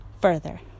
further